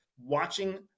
watching